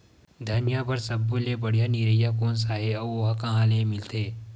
धनिया बर सब्बो ले बढ़िया निरैया कोन सा हे आऊ ओहा कहां मिलथे?